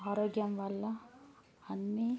ఆరోగ్యం వల్ల అన్నీ